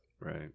Right